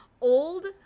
old